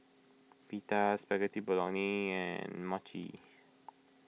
Pita Spaghetti Bolognese and Mochi